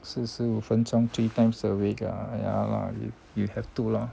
四十五分钟 three times a week ah ya lah you have to lor